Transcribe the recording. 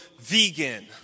vegan